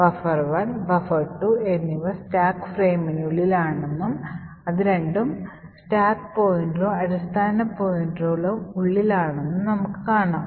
buffer1 buffer2 എന്നിവ stack ഫ്രെയിമിനുള്ളിൽ ആണെന്നും അത് രണ്ടും സ്റ്റാക്ക് പോയിന്ററിനും അടിസ്ഥാന പോയിന്ററിനും ഉള്ളിൽ ആണെന്നും നമുക്ക് കാണാം